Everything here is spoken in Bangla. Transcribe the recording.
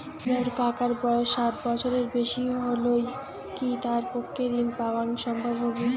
মোর কাকার বয়স ষাট বছরের বেশি হলই কি তার পক্ষে ঋণ পাওয়াং সম্ভব হবি?